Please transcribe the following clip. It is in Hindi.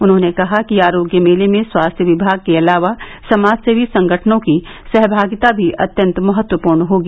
उन्होंने कहा कि ् आरोग्य मेले में स्वास्थ्य विभाग के अलावा समाजसेवी संगठनों की सहभागिता भी अत्यन्त महत्वपूर्ण होगी